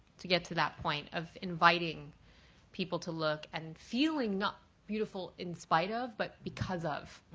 to get to that point of inviting people to look and feeling not beautiful in spite of but because of.